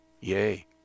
Yay